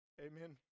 Amen